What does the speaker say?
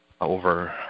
over